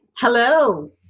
Hello